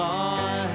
on